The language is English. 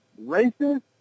racist